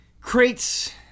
crates